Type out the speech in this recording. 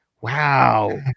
wow